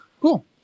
Cool